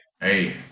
Hey